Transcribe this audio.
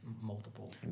multiple